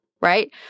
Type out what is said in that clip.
Right